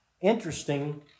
Interesting